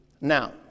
Now